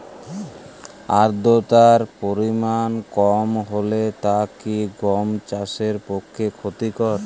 আর্দতার পরিমাণ কম হলে তা কি গম চাষের পক্ষে ক্ষতিকর?